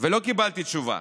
ולא קיבלתי תשובה.